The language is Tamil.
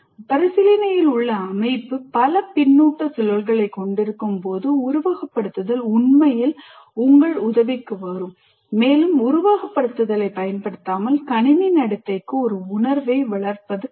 பரிசீலனையில் உள்ள அமைப்பு பல பின்னூட்ட சுழல்களைக் கொண்டிருக்கும்போது உருவகப்படுத்துதல் உண்மையில் உங்கள் உதவிக்கு வரும் மேலும் உருவகப்படுத்துதலைப் பயன்படுத்தாமல் கணினி நடத்தைக்கு ஒரு உணர்வை வளர்ப்பது கடினம்